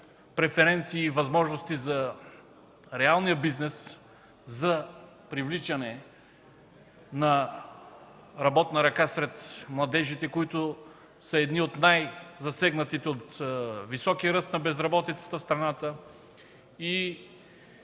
преференции и възможности за реалния бизнес, за привличане на работа сред младежите, които са едни от най-засегнатите от високия ръст на безработицата в страната. Техните